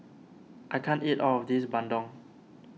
I can't eat all of this Bandung